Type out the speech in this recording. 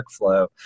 workflow